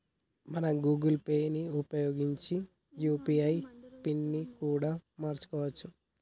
మనం Google Pay ని ఉపయోగించి యూ.పీ.ఐ పిన్ ని కూడా మార్చుకోవచ్చు